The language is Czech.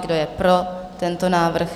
Kdo je pro tento návrh?